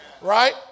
right